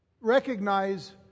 recognize